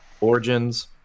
origins